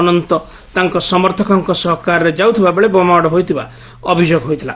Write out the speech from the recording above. ଅନନ୍ତ ତାଙ୍କ ସମର୍ଥକଙ୍କ ସହ କାର୍ରେ ଯାଉଥିବା ବେଳେ ବୋମାମାଡ଼ ହୋଇଥିବା ନେଇ ଅଭିଯୋଗ ହୋଇଛି